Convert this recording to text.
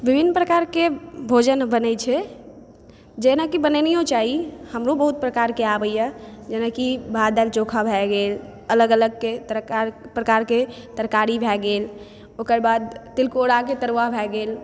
विभिन्न प्रकारके भोजन बनै छै जेनाकि बनाबहो चाही जेनाकि हमरो बहुत प्रकारके आबैए जेना कि भात दालि चोखा भए गेल अलग अलग तरहके बहुत प्रकारके तरकारी भए गेल ओकर बाद तिलकोराके तरुआ भए गेल